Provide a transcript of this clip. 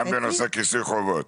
גם בנושא כיסוי חובות.